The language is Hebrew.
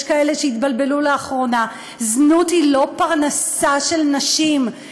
יש כאלה שהתבלבלו לאחרונה: זנות היא לא פרנסה של נשים,